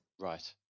Right